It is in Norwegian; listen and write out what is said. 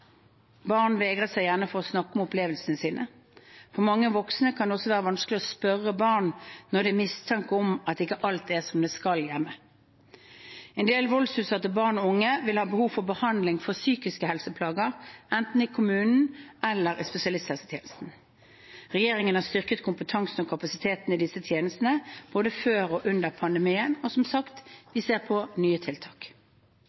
Barn vegrer seg gjerne for å snakke om opplevelsene sine. For mange voksne kan det også være vanskelig å spørre barn når det er mistanke om at alt ikke er som det skal hjemme. En del voldsutsatte barn og unge vil ha behov for behandling for psykiske helseplager, enten i kommunen eller i spesialisthelsetjenesten. Regjeringen har styrket kompetansen og kapasiteten i disse tjenestene, både før og under pandemien, og vi ser, som sagt,